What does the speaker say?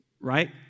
right